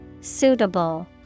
Suitable